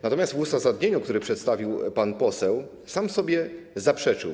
Natomiast w uzasadnieniu, które przedstawił pan poseł, sam sobie zaprzeczył.